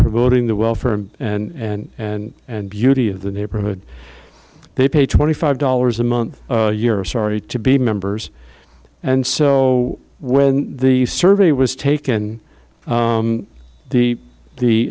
promoting the well firm and and beauty of the neighborhood they pay twenty five dollars a month a year or sorry to be members and so when the survey was taken the the